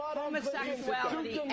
homosexuality